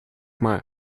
mal